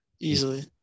Easily